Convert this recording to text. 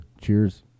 Cheers